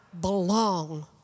belong